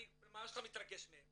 אני ממש לא מתרגש מהם,